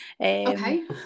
Okay